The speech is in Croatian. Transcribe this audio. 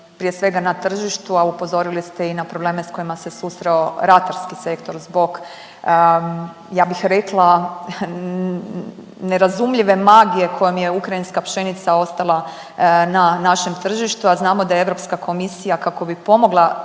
prije svega na tržištu, a upozorili ste i na probleme s kojim se susreo ratarski sektor zbog ja bih rekla nerazumljive magije kojom je ukrajinska pšenica ostala na našem tržištu, a znamo da Europska komisija kako bi pomogla